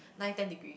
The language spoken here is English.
nine ten degree